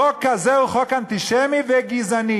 החוק הזה הוא חוק אנטישמי וגזעני,